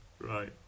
Right